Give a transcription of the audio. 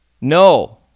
No